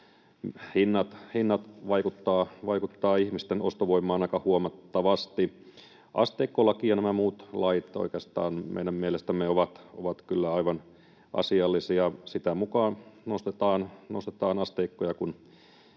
hinnat vaikuttavat ihmisten ostovoimaan aika huomattavasti. Asteikkolaki ja nämä muut lait oikeastaan meidän mielestämme ovat kyllä aivan asiallisia. Sitä mukaa nostetaan asteikkoja